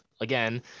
again